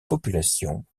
population